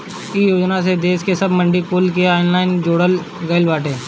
इ योजना से देस के सब मंडी कुल के ऑनलाइन जोड़ल गईल बाटे